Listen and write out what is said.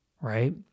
right